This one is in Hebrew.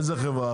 איזו חברה?